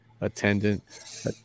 attendant